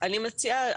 אני מציעה,